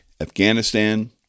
Afghanistan